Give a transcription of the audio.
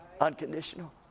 unconditional